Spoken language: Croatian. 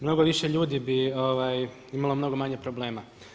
Mnogo više ljudi bi imalo mnogo manje problema.